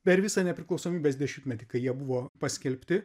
per visą nepriklausomybės dešimtmetį kai jie buvo paskelbti